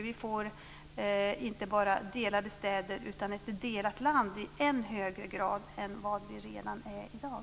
Vi får inte bara delade städer utan ett delat land i ännu högre grad än det redan är i dag.